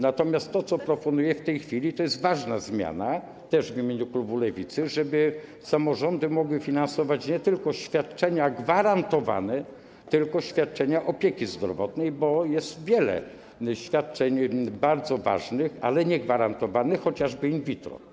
Natomiast to, co proponuję w tej chwili, to jest ważna zmiana, też w imieniu klubu Lewicy: żeby samorządy mogły finansować nie tylko świadczenia gwarantowane, tylko świadczenia opieki zdrowotnej, bo jest wiele świadczeń bardzo ważnych, ale niegwarantowanych, chociażby in vitro.